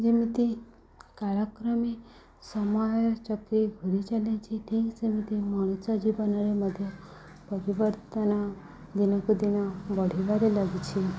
ଯେମିତି କାଳକ୍ରମେ ସମୟ ଚକରି ଘୁରି ଚାଲିଛି ଠିକ୍ ସେମିତି ମଣିଷ ଜୀବନରେ ମଧ୍ୟ ପରିବର୍ତ୍ତନ ଦିନକୁ ଦିନ ବଢ଼ିବାରେ ଲାଗିଛି